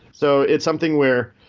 so it's something where